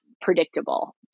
predictable